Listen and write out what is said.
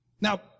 Now